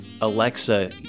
Alexa